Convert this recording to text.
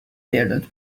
bearded